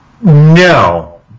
No